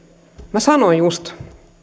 minä sanoin just